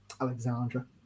Alexandra